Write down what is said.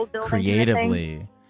creatively